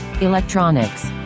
electronics